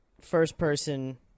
first-person